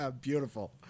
beautiful